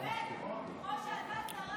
כמו שאתה צרחת: